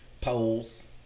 polls